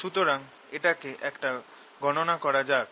সুতরাং এটাকে এখন গণনা করা যাক